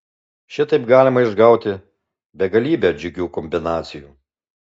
šitaip galima išgauti begalybę džiugių kombinacijų